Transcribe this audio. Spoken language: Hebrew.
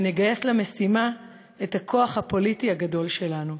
ונגייס למשימה את הכוח הפוליטי הגדול שלנו,